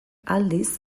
aldiz